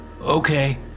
okay